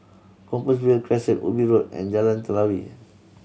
Compassvale Crescent Ubi Road and Jalan Telawi